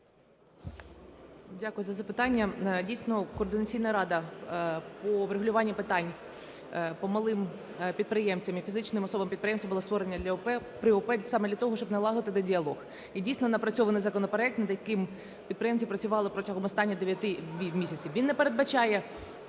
Дякую за запитання. Дійсно, Координаційна рада по врегулюванню питань по малим підприємцям і фізичним особам-підприємцям була створена при ОП саме для того, щоб налагодити діалог. І дійсно, напрацьований законопроект, над яким підприємці працювали протягом останніх 9 місяців, він не передбачає